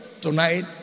tonight